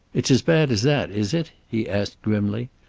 it's as bad as that, is it? he asked grimly.